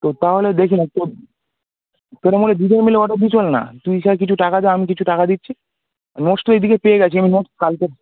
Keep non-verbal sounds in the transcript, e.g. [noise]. তো তাহলে দেখি না তো সেরকম হলে দুজন মিলে অর্ডার দিই চল না তুই [unintelligible] কিছু টাকা দে আমি কিছু টাকা দিচ্ছি নোটস তো এদিকে পেয়ে গিয়েছি আমি নোটস কালকে